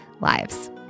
lives